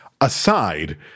aside